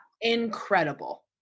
Incredible